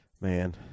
Man